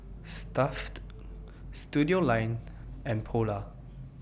Stuff'd Studioline and Polar